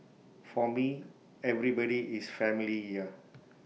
for me everybody is family here